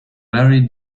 very